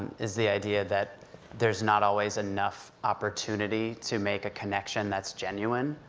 is the idea that there's not always enough opportunity to make a connection that's genuine,